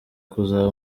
kuzaba